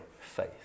faith